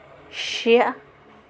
شیٚے